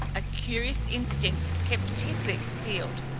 a curious instinct kept his lips sealed.